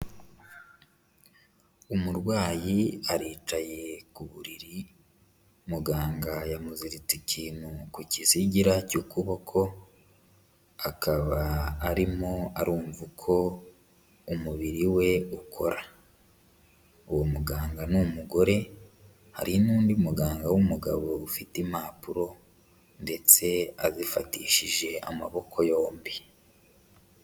Umurwayi aricaye ku buriri muganga yamuziritse ikintu ku kizigira cy'ukuboko, akaba arimo arumva uko umubiri we ukora, uwo muganga ni umugore hari n'undi muganga w'umugabo ufite impapuro ndetse azifatishije amaboko yombi.